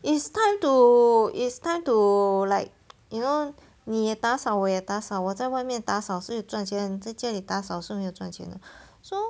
it's time to it's time to like you know 你也打扫我也打扫我在外面打扫是赚钱在这里打扫是没有赚钱的 so